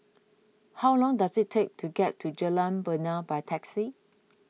how long does it take to get to Jalan Bena by taxi